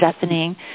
deafening